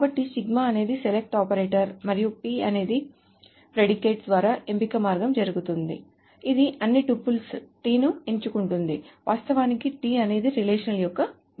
కాబట్టి సిగ్మా అనేది select operator మరియు p అనేది ప్రెడికేట్ ద్వారా ఎంపిక మార్గం జరుగుతుంది ఇది అన్ని టుపుల్స్ t ని ఎంచుకుంటుంది వాస్తవానికి t అనేది రిలేషన్ యొక్క భాగం